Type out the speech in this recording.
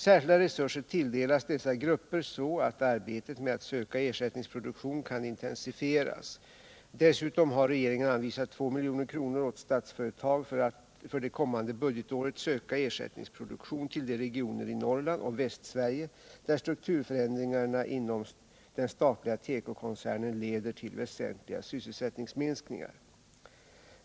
Särskilda resurser tilldelas dessa grupper så att arbetet med att söka ersättningsproduktion kan intensifieras. Dessutom har regeringen anvisat 2 milj.kr. åt statsföretag att för det kommande budgetåret söka ersättningsproduktion till de regioner i Norrland och Västsverige där strukturförändringarna inom den statliga tekokoncernen leder till väsentliga sysselsättningsminskningar.